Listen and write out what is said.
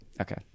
Okay